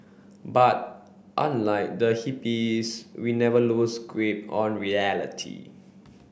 but unlike the hippies we never lose grip on reality